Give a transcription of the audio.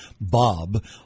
Bob